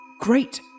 great